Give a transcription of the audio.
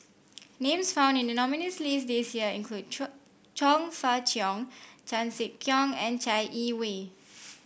names found in the nominees' list this year include Chong Chong Fah Cheong Chan Sek Keong and Chai Yee Wei